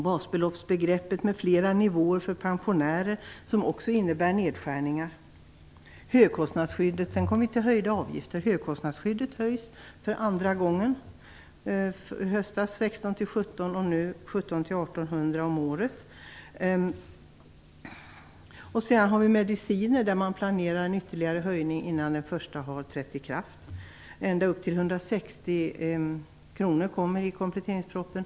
Basbeloppet med flera nivåer för pensionärer innebär nedskärningar. Sedan kommer vi till höjda avgifter. Högkostnadsskyddet höjs för andra gången - i höstas var gränsen 1 600-1 700 kr, och nu blir det 1 700-1 800 kr om året. När det gäller mediciner planerar man ytterligare en höjning innan den förra har trätt i kraft. Man skall få betala ända upp till 160 kr för första medicinen och därefter 60 kr.